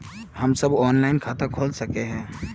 हम सब ऑनलाइन खाता खोल सके है?